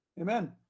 Amen